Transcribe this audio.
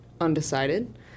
undecided